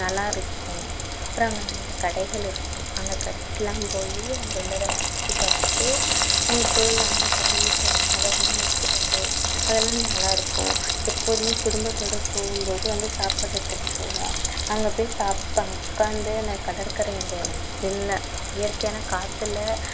நல்லாயிருக்கும் அப்புறம் அங்கே நிறையா கடைகள் இருக்கும் அந்த கடைக்குலாம் போயி அங்கே உள்ளதலாம் சுற்றி பார்த்துட்டு அங்கே பொருள் வாங்கிட்டு வந்து வீட்டில் ஞாபகமாக வைக்கிறது அதலாம் நல்லாயிருக்கும் எப்போதுமே குடும்பத்தோடு போகும்போது வந்து சாப்பாடு எடுத்துட்டு போவோம் அங்கே போயி சாப்பாடு உக்காந்து அந்த கடற்கரை அந்த இயற்கையான காற்றில்